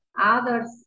others